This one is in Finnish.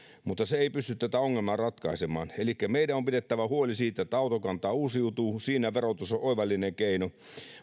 mutta se ei pysty tätä ongelmaa ratkaisemaan elikkä meidän on pidettävä huoli siitä että autokanta uusiutuu siinä verotus on oivallinen keino